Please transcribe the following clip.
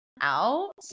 out